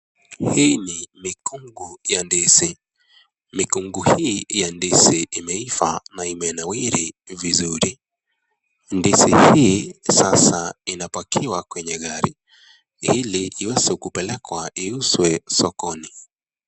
Hii ni mikungo ya ndizi. Mikungo hii ya ndizi imeivaa na imenawiri vizuri. Ndizi hii sasa inapakiwa kwenye gari ili iweze kupelekwa iuzwe sokoni.